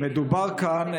מדובר כאן,